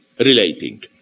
Relating